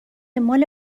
مال